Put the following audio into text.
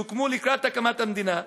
שהוקמו לקראת הקמת המדינה,